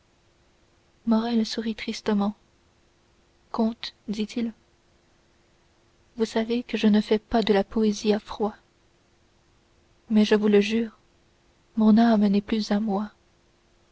morrel sourit tristement comte dit-il vous savez que je ne fais pas de la poésie à froid mais je vous le jure mon âme n'est plus à moi